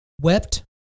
Wept